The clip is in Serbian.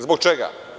Zbog čega?